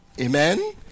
Amen